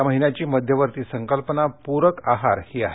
या महिन्याची मध्यवर्ती संकल्पना पूरक आहार ही आहे